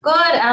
Good